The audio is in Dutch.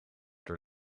door